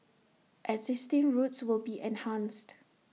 existing routes will be enhanced